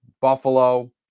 Buffalo